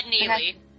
Neely